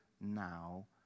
now